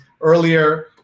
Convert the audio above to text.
earlier